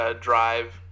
drive